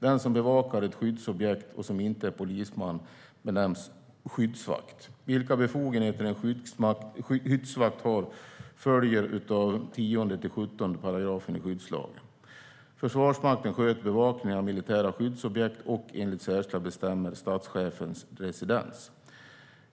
Den som bevakar ett skyddsobjekt och som inte är polisman benämns skyddsvakt. Vilka befogenheter en skyddsvakt har följer av 10-17 §§ skyddslagen. Försvarsmakten sköter bevakningen av militära skyddsobjekt och, enligt särskilda bestämmelser, statschefens residens.